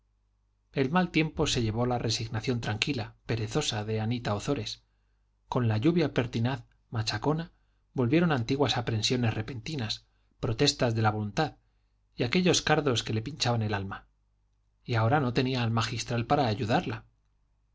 el mal tiempo se llevó la resignación tranquila perezosa de anita ozores con la lluvia pertinaz machacona volvieron antiguas aprensiones repentinas protestas de la voluntad y aquellos cardos que le pinchaban el alma y ahora no tenía al magistral para ayudarla